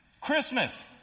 Christmas